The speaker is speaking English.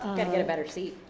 gotta get a better seat.